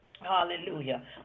Hallelujah